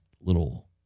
little